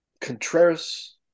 Contreras